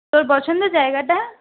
তোর পছন্দ জায়গাটা